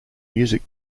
music